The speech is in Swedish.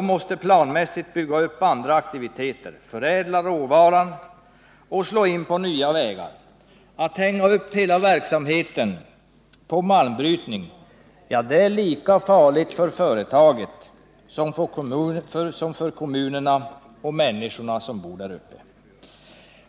måste planmässigt bygga upp andra aktiviteter, förädla råvaran och slå in på nya vägar. Att hänga upp hela verksamheten på malmbrytning är lika farligt för företaget som för kommunerna och människorna som bor där uppe.